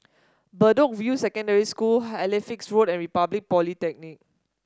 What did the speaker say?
Bedok View Secondary School Halifax Road and Republic Polytechnic